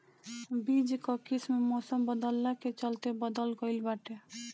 बीज कअ किस्म मौसम बदलला के चलते बदल गइल बाटे